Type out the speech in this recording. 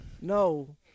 No